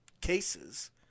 cases